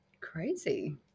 crazy